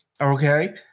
Okay